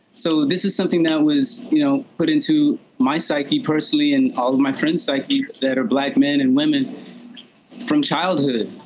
so this is something that was, you know, put into my psyche personally and all of my friend's psyches that are black men and women from childhood.